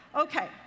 Okay